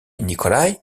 nikolaï